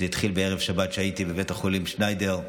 זה התחיל בערב שבת כשהייתי בבית החולים שניידר,